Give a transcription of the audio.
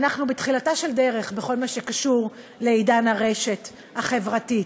אנחנו בתחילתה של דרך בכל מה שקשור לעידן הרשת החברתית.